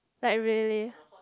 like really